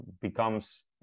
becomes